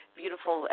beautiful